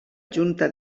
junta